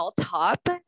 top